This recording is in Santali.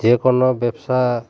ᱡᱮ ᱠᱳᱱᱳ ᱵᱮᱵᱽᱥᱟ